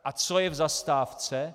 A co je v Zastávce?